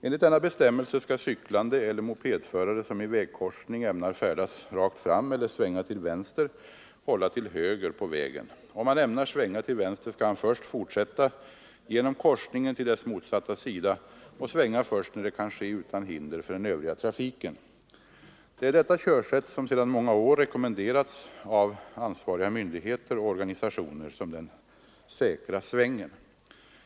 Enligt denna bestämmelse skall cyklande eller mopedförare, som i vägkorsning ämnar färdas rakt fram eller svänga till vänster, hålla till höger på vägen. Om han ämnar svänga till vänster skall han fortsätta genom korsningen till dess motsatta sida och svänga först när det kan ske utan hinder för den övriga trafiken. Det är detta körsätt som sedan många år rekommenderats av ansvariga myndigheter och organisationer som den säkra svängen.